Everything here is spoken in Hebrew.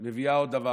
מביאה עוד דבר,